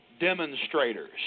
demonstrators